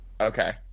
okay